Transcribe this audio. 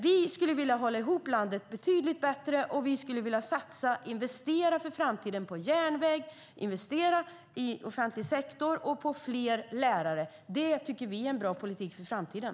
Vi skulle vilja hålla ihop landet betydligt bättre, och vi skulle vilja satsa och investera för framtiden i järnväg, i offentlig sektor och på fler lärare. Det tycker vi är en bra politik för framtiden.